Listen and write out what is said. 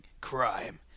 crime